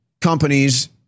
companies